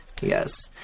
Yes